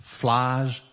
flies